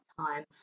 time